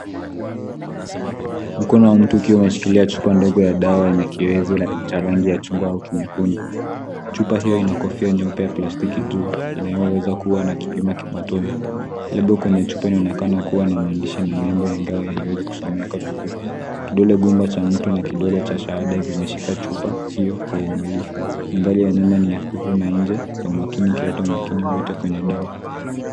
Mkono wa mtu ukiwa umeshikilia chupa ndogo ya dawa yenye kiwevu cha rangi ya chugwa au nyekundu. Chupa hiyo ina kofio nyeupe ya plastiki juu inayoweza kuwa na kipima cha matone, lebo kwenye chupa inaonekana kuwa na maandishi na nembo ingawa haiwezi kusomeka vizuri. Kidole gumba cha mtu na kidole cha shahada vimeshika chupa hiyo kwa uangalifu. Mandhari ya nyuma ni hafifu na nje ya umakini ikileta umakini wote kwenye dawa.